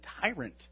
tyrant